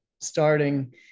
starting